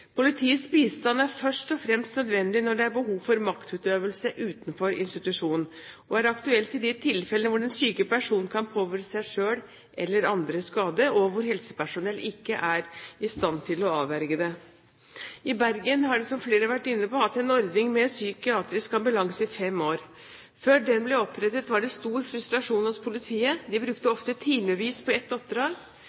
Politiets bistand er først og fremst nødvendig når det er behov for maktutøvelse utenfor institusjon, og er aktuelt i de tilfellene der den syke personen kan påføre seg selv eller andre skade, og der helsepersonell ikke er i stand til å avverge det. I Bergen har de, som flere har vært inne på, hatt en ordning med psykiatrisk ambulanse i fem år. Før den ble opprettet, var det stor frustrasjon hos politiet, de brukte